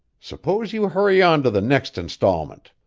suppose you hurry on to the next instalment.